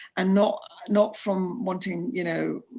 and not not from wanting you know